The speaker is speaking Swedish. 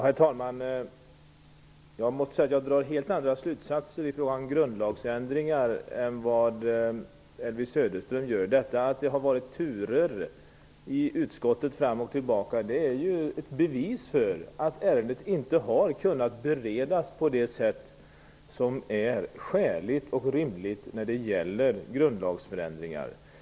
Herr talman! Jag måste säga att jag drar helt andra slutsatser i fråga om grundlagsändringar än vad Elvy Söderström gör. Att det har varit turer i utskottet fram och tillbaka är ju ett bevis för att ärendet inte har kunnat beredas på det sätt som är skäligt och rimligt när det gäller grundlagsförändringar.